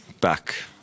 back